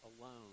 alone